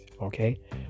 okay